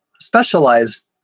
specialized